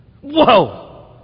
Whoa